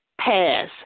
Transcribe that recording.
pass